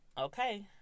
Okay